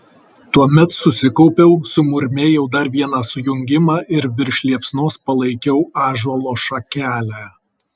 tuomet susikaupiau sumurmėjau dar vieną sujungimą ir virš liepsnos palaikiau ąžuolo šakelę